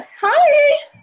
hi